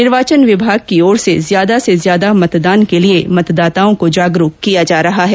निर्वाचन विभाग की ओर से ज्यादा से ज्यादा मतदान के लिए मतदाताओं को जागरूक किया जा रहा है